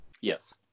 Yes